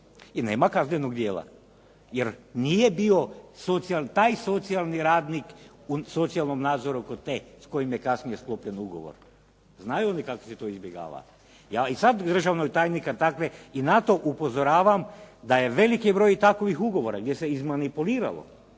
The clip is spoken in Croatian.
I nema kaznenog djela jer nije bio taj socijalni radnik u socijalnom nadzoru kod te s kojim je kasnije sklopljen ugovor. Znaju oni kako se to izbjegava. Ja i sad državnog tajnika i takve i na to upozoravam da je veliki broj takvih ugovora gdje se izmanipuliralo